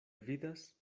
vidas